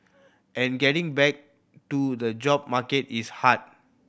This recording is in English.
and getting back to the job market is hard